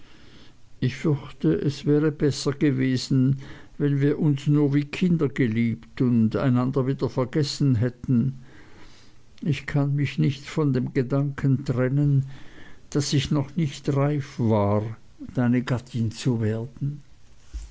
ich fürchte es wäre besser gewesen wenn wir uns nur wie kinder geliebt und einander wieder vergessen hätten ich kann mich nicht von dem gedanken trennen daß ich noch nicht reif war deine gattin zu werden